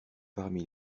parmi